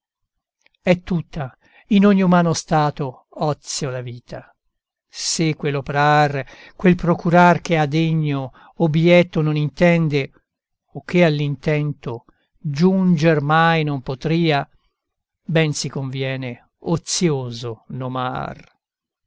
è tutta in ogni umano stato ozio la vita se quell'oprar quel procurar che a degno obbietto non intende o che all'intento giunger mai non potria ben si conviene ozioso nomar